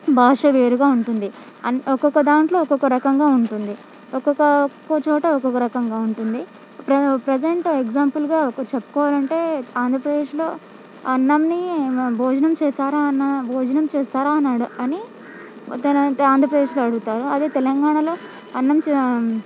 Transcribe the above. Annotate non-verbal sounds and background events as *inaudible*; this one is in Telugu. భాష వేరుగా ఉంటుంది అండ్ ఒక్కొక్క దాంట్లో ఒక్కొక్క రకంగా ఉంటుంది ఒక్కొక్క క్కొ చోట ఒక్కొక్క రకంగా ఉంటుంది ప్ర ప్రజంట్ ఎగ్జాంపుల్గా ఒకటి చెప్పుకోవాలంటే ఆంధ్రప్రదేశ్లో అన్నంని భోజనం చేశారా అన భోజనం చేసారా అని అడ అని *unintelligible* ఆంధ్రప్రదేశ్లో అడుగుతారు అదే తెలంగాణలో అన్నం చే